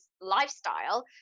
lifestyle